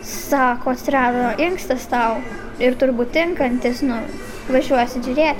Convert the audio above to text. sako atsirado inkstas tau ir turbūt tinkantis nu važiuosit žiūrėt